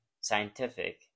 scientific